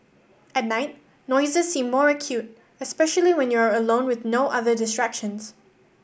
at night noises seem more acute especially when you are alone with no other distractions